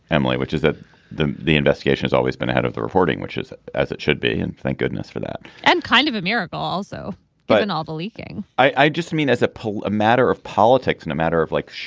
emily which is that the the investigation has always been out of the reporting which is as it should be and thank goodness for that and kind of a miracle also but in all the leaking i just mean as a poll a matter of politics and a matter of like.